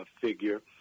figure